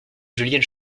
julienne